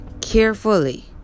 carefully